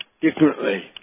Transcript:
differently